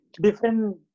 different